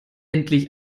endlich